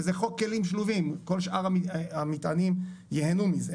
וזה חוק כלים שלובים, כל שאר המטענים ייהנו מזה.